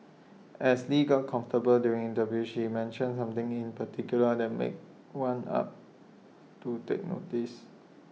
as lee got comfortable during the view she mentioned something in particular that made one up to take notice